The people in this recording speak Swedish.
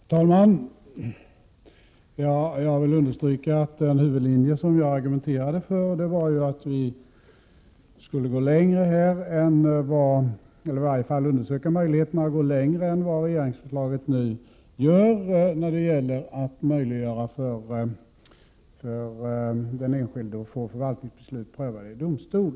Herr talman! Jag vill understryka att den huvudlinje som jag argumenterade för innebär att vi här skulle gå längre eller i varje fall undersöka möjligheterna att gå längre än regeringsförslaget när det gäller att möjliggöra för den enskilde att få förvaltningsbeslut prövade i domstol.